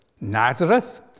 Nazareth